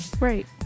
Right